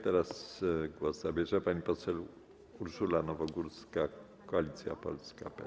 Teraz głos zabierze pani poseł Urszula Nowogórska, Koalicja Polska - PSL.